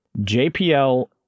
JPL